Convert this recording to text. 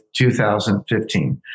2015